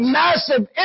massive